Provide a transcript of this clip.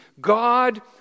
God